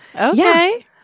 Okay